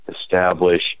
establish